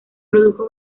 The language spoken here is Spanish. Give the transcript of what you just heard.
produjo